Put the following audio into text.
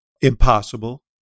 impossible